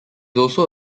also